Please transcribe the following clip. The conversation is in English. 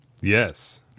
Yes